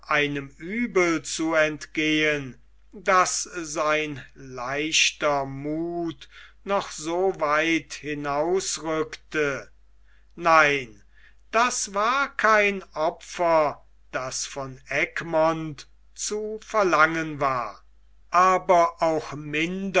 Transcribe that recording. uebel zu entgehen das sein leichter muth noch so weit hinausrückte nein das war kein opfer das von egmont zu verlangen war aber auch